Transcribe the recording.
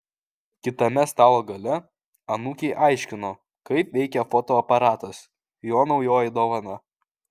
kitame stalo gale anūkei aiškino kaip veikia fotoaparatas jo naujoji dovana